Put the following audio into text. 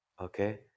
okay